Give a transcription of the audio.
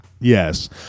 Yes